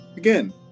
Again